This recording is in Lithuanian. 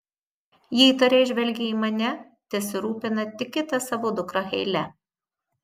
ji įtariai žvelgia į mane tesirūpina tik kita savo dukra heile